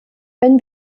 wenn